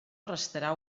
restarà